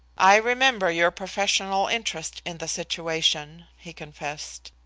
i remember your professional interest in the situation, he confessed.